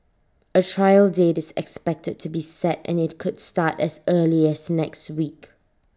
A trial date is expected to be set and IT could start as early as next week